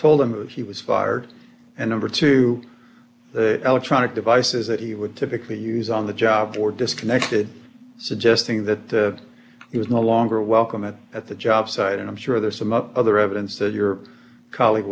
told him he was fired and over to the electronic devices that he would typically use on the job or disconnected suggesting that he was no longer welcome at at the job site and i'm sure there's some other evidence that your colleague